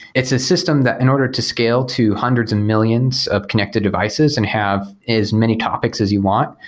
it's a system that in order to scale to hundreds and millions of connected devices and have as many topics as you want,